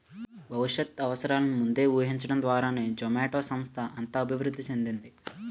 భవిష్యత్ అవసరాలను ముందే ఊహించడం ద్వారానే జొమాటో సంస్థ అంత అభివృద్ధి చెందింది